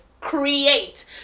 create